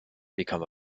become